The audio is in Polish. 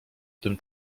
tym